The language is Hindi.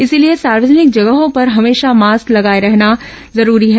इसलिए सार्वजनिक जगहों पर हमेशा मास्क लगाए रखना जरूरी है